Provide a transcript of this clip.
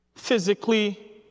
physically